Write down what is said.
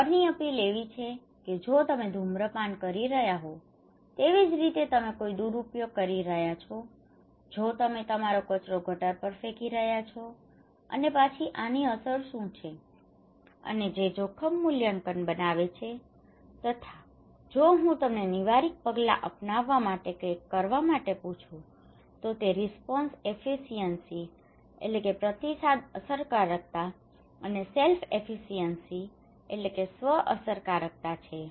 ડરની અપીલ એક એવી છે કે જો તમે ધૂમ્રપાન કરી રહ્યા હોવ તેવી જ રીતે તમે કોઈ દુરૂપયોગ કરી રહ્યા છો જો તમે તમારો કચરો ગટર પર ફેંકી રહ્યા છો અને પછી આની અસર શું છે અને જે જોખમ મૂલ્યાંકન બનાવે છે તથા જો હું તમને નિવારક પગલાં અપનાવવા માટે કંઈક કરવા માટે પૂછું છું તો તે રિસ્પોન્સ એફીશ્યંસી response efficiency પ્રતિસાદ અસરકારકતા અને સેલ્ફ એફીશ્યંસી self efficiency સ્વ અસરકારકતા છે